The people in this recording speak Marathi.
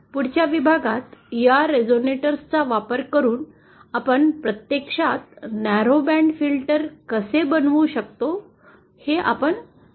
पुढच्या विभागात या रेझोनेटर्सचा वापर करून आपण प्रत्यक्षात न्यारो बँड फिल्टर कसे बनवू शकतो हे आपण पाहू